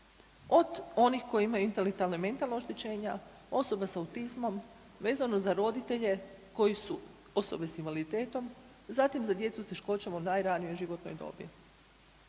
Od onih koji imaju intelektualno-mentalna oštećenja, osoba s autizmom, vezano za roditelje koji su osobe s invaliditetom, zatim za djecu s teškoćama u najranijoj životnoj dobi.